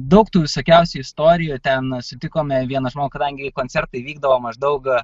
daug tų visokiausių istorijų ten sutikome vieną kadangi koncertai vykdavo maždaug